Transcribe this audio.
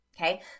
Okay